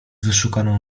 wyszukaną